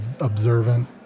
observant